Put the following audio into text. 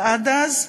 אבל עד אז,